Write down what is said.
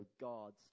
God's